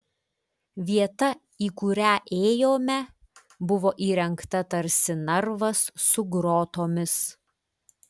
vieta į kurią ėjome buvo įrengta tarsi narvas su grotomis